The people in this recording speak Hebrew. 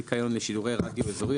הארכת תקופות הזיכיון לשידורי רדיו אזורי),